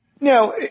Now